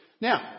Now